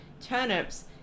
turnips